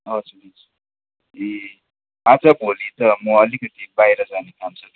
हजुर हुन्छ ए आजभोलि त म अलिकति बाहिर जाने काम छ कि